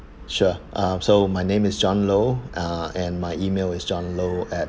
sure um so my name is john uh ah and my email is john low at